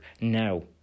now